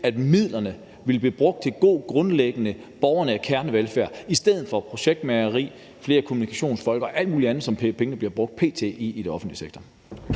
at midlerne ville blive brugt på en grundlæggende god og borgernær kernevelfærd i stedet for på projektmageri, flere kommunikationsfolk og alt mulig andet, som pengene p.t. bliver brugt på i den offentlige sektor.